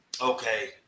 Okay